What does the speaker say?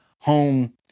Home